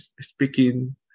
speaking